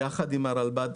ביחד עם הרלב"ד,